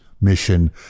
mission